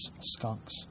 Skunks